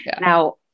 Now